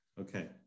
Okay